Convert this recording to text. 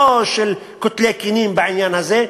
לא קוטלי קנים בעניין הזה,